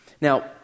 Now